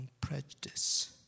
prejudice